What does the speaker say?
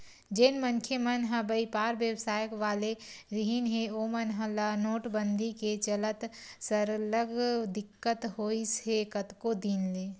जेन मनखे मन ह बइपार बेवसाय वाले रिहिन हे ओमन ल नोटबंदी के चलत सरलग दिक्कत होइस हे कतको दिन ले